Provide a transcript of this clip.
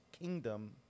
kingdom